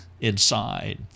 inside